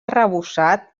arrebossat